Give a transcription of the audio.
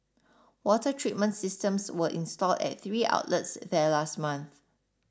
water treatment systems were installed at three outlets there last month